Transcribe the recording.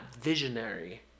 visionary